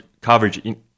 coverage